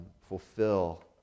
fulfill